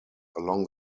along